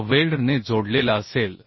जो वेल्ड ने जोडलेलाअसेल